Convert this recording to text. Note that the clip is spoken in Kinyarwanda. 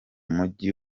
mujyi